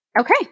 Okay